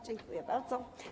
Dziękuję bardzo.